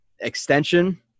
extension